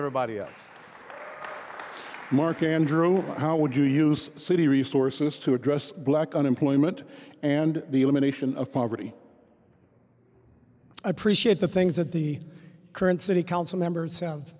everybody else mark andrew how would you use city resources to address black unemployment and the elimination of poverty appreciate the things that the current city council member sounds